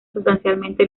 sustancialmente